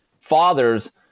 fathers